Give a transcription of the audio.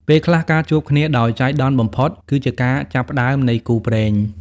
ពេលខ្លះការជួបគ្នាដោយចៃដន្យបំផុត គឺជាការចាប់ផ្ដើមនៃគូព្រេង។